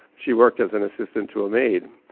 she worked as an assistant to a maid.